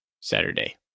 Saturday